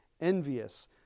envious